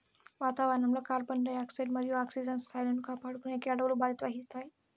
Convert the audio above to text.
వాతావరణం లో carbon dioxide మరియు ఆక్సిజన్ స్థాయిలను కాపాడుకునేకి అడవులు బాధ్యత వహిస్తాయి